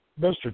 Mr